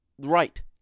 right